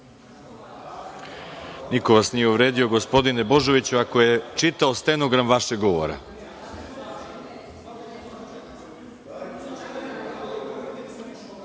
vas nije uvredio, gospodine Božoviću, ako je čitao stenogram vašeg